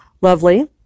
lovely